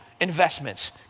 investments